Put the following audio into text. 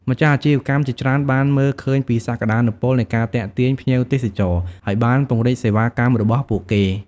ម្ចាស់អាជីវកម្មជាច្រើនបានមើលឃើញពីសក្ដានុពលនៃការទាក់ទាញភ្ញៀវទេសចរ ហើយបានពង្រីកសេវាកម្មរបស់ពួកគេ។